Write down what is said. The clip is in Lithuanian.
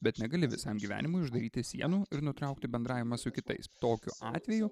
bet negali visam gyvenimui uždaryti sienų ir nutraukti bendravimą su kitais tokiu atveju